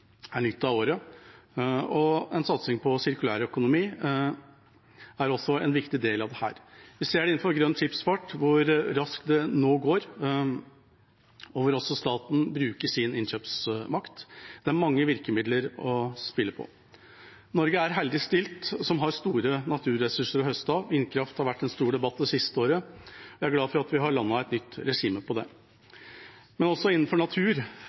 nytt av året, og en satsing på sirkulærøkonomi er også en viktig del av dette. Vi ser det innenfor grønn skipsfart, hvor raskt det nå går, og hvor staten også bruker sin innkjøpsmakt. Det er mange virkemidler å spille på. Norge er heldig stilt som har store naturressurser å høste av. Vindkraft har vært en stor debatt det siste året. Jeg er glad for at vi har landet et nytt regime på det. Men også innenfor natur